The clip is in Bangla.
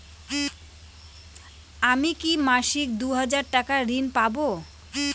আমি কি মাসিক দুই হাজার টাকার ঋণ পাব?